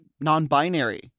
non-binary